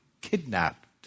kidnapped